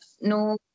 no